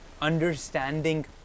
understanding